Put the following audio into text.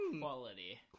quality